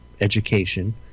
education